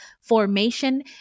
formation